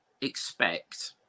expect